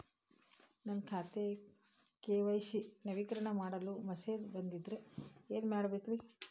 ನನ್ನ ಖಾತೆಯ ಕೆ.ವೈ.ಸಿ ನವೇಕರಣ ಮಾಡಲು ಮೆಸೇಜ್ ಬಂದದ್ರಿ ಏನ್ ಮಾಡ್ಬೇಕ್ರಿ?